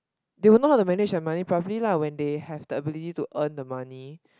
they will know how to manage the money probably lah when they have the ability to earn the money